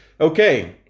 Okay